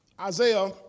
Isaiah